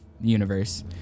universe